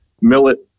Millet